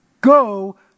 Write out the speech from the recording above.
go